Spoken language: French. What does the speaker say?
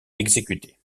exécutée